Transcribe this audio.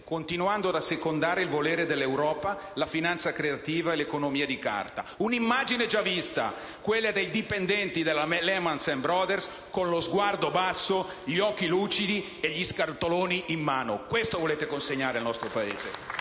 continuando ad assecondare il volere dell'Europa, la finanza creativa e l'economia di carta. È un'immagine già vista: quella dei dipendenti della Lehman Brothers con lo sguardo basso, gli occhi lucidi e gli scatoloni in mano. Questo volete consegnare al nostro Paese!